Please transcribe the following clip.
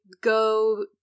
go